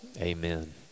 Amen